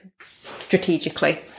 strategically